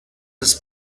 his